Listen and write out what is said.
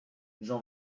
jean